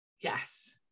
yes